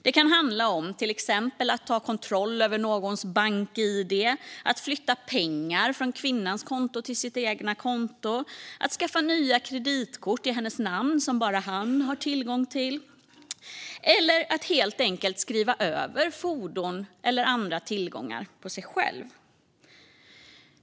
Det kan handla om att till exempel ta kontroll över någons bank-id, flytta pengar från kvinnans konto till sitt eget konto, att skaffa nya kreditkort i hennes namn som bara han har tillgång till eller att helt enkelt skriva över fordon eller andra tillgångar på sig själv.